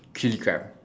chili crab